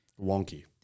wonky